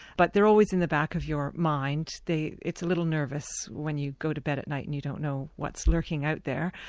but they're always in the back of your mind. it's a little nervous when you go to bed at night and you don't know what's lurking out there.